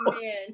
man